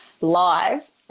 live